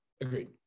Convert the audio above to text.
Agreed